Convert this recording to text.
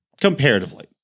comparatively